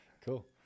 Cool